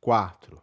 quatro